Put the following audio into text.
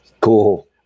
Cool